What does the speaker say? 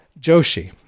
Joshi